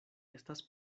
estas